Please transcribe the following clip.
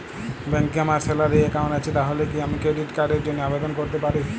ব্যাংকে আমার salary account আছে তাহলে কি আমি ক্রেডিট কার্ড র জন্য আবেদন করতে পারি?